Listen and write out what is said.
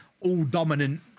all-dominant